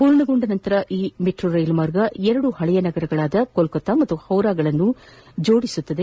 ಪೂರ್ಣಗೊಂಡ ನಂತರ ಈ ಮೆಟ್ರೋ ರೈಲು ಮಾರ್ಗ ಎರಡು ಹಳೆಯ ನಗರಗಳಾದ ಕೊಲ್ಕತ್ತಾ ಮತ್ತು ಹೌರಾಗಳನ್ನು ಸಂಪರ್ಕಿಸಲಿದೆ